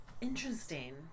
Interesting